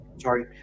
Sorry